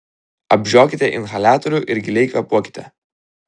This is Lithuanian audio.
apžiokite inhaliatorių ir giliai kvėpuokite